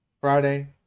friday